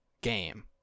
game